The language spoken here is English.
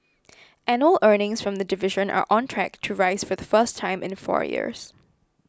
annual earnings from the division are on track to rise for the first time in the four years